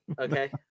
Okay